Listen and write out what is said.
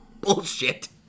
bullshit